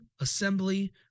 assembly